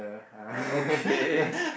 oh okay